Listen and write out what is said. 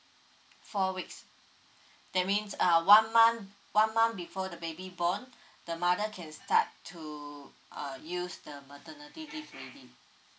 four weeks that means uh one month one month before the baby born the mother can start to uh use the maternity leave already